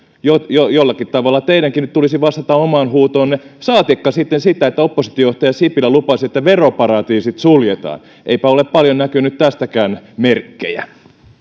jollakin tavalla teidänkin nyt tulisi vastata omaan huutoonne saatikka sitten kun oppositiojohtaja sipilä lupasi että veroparatiisit suljetaan eipä ole paljon näkynyt tästäkään merkkejä